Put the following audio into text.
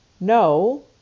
No